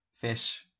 fish